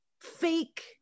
fake